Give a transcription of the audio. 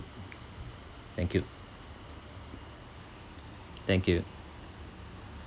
thank you thank you